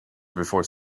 before